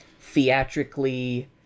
theatrically